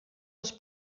les